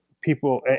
people